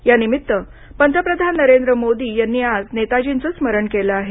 या निमित्त पंतप्रधान नरेंद्र मोडी यांनी आज नेतार्जीच स्मरण केलं आहे